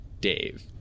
Dave